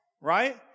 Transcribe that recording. right